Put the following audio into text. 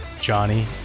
johnny